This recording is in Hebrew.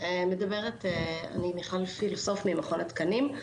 אני מיכל פילוסוף ממכון התקנים.